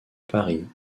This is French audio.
paris